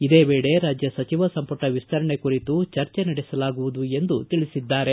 ಇದೇ ವೇಳೆ ರಾಜ್ಯ ಸಚಿವ ಸಂಪುಟ ವಿಸ್ತರಣೆ ಕುರಿತು ಚರ್ಚೆ ನಡೆಸಲಾಗುವುದು ಎಂದು ತಿಳಿಸಿದ್ದಾರೆ